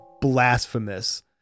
blasphemous